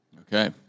Okay